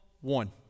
one